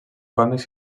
còmics